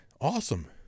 Awesome